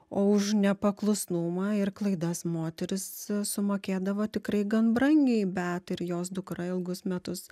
o už nepaklusnumą ir klaidas moterys sumokėdavo tikrai gan brangiai beata ir jos dukra ilgus metus